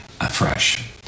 afresh